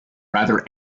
rather